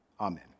Amen